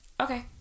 okay